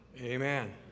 Amen